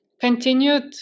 continued